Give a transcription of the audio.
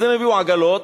אז הם הביאו עגלות.